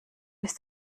ist